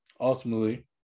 ultimately